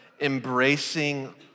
embracing